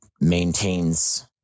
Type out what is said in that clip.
maintains